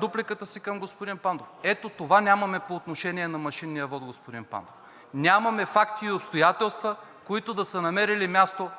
дупликата си към господин Пандов. Ето това нямаме по отношение на машинния вот, господин Пандов! Нямаме факти и обстоятелства, които да са намерили място